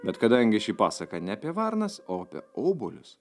bet kadangi ši pasaka ne apie varnas o apie obuolius